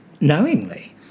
knowingly